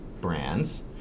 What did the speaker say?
brands